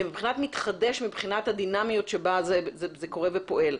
אלא מתחדש בדינמיות שבה זה קורה ופועל.